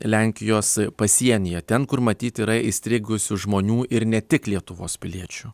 lenkijos pasienyje ten kur matyt yra įstrigusių žmonių ir ne tik lietuvos piliečių